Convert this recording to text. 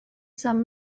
some